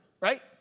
right